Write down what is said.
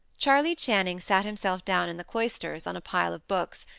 charley channing sat himself down in the cloisters on a pile of books,